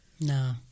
No